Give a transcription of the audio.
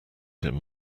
him